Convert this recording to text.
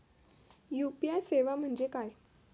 UPI सेवा म्हणजे काय?